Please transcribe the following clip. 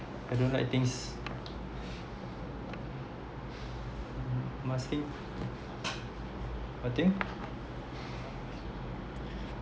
I don't like things must think what thing